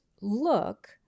look